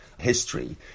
History